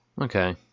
Okay